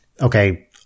okay